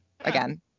Again